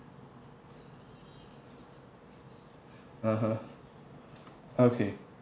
(uh huh) okay